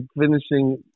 finishing